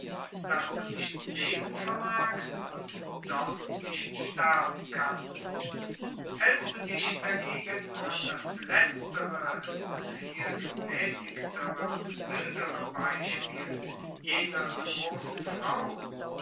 daß du nicht leben magst und doch nicht sterben kannst hältst du dich an das letztere gemäßigtere und mildere beispiel jener so großen frau